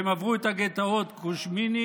והם עברו את הגטאות קוז'מניק